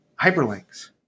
hyperlinks